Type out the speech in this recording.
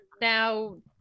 now